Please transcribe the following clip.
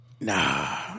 nah